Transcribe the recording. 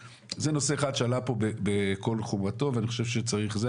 זה נושא אחד שעלה פה בקול וחומרתו ואני חושב שצריך את זה.